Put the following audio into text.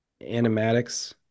animatics